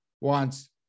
wants